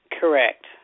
Correct